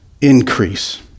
increase